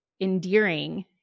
endearing